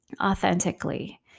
authentically